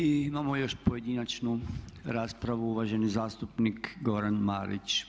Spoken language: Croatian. I imamo još pojedinačnu raspravu uvaženi zastupnik Goran Marić.